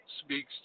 speaks